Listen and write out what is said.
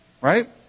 Right